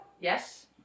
Yes